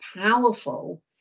powerful